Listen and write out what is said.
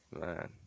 Man